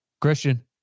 Christian